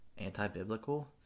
anti-biblical